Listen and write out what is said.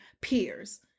peers